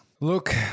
Look